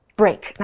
break